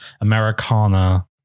Americana